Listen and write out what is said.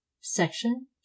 Section